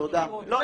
לא,